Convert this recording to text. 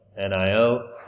NIO